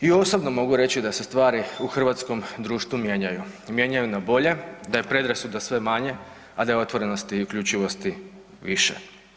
I osobno mogu reći da se stvari u hrvatskom društvu mijenjaju, mijenjaju na bolje, da je predrasuda sve manje, a da je otvorenost uključivosti više.